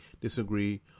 disagree